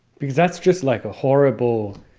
because that's just like a horrible.